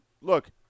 look